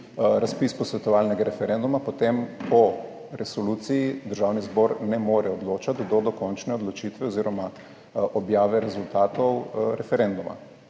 razpis posvetovalnega referenduma, potem o resoluciji Državni zbor ne more odločati do dokončne odločitve oziroma objave rezultatov referenduma.